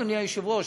אדוני היושב-ראש?